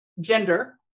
gender